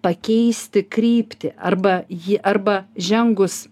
pakeisti kryptį arba jį arba žengus